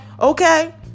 Okay